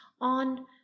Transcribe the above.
on